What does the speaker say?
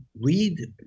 read